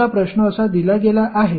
समजा प्रश्न असा दिला गेला आहे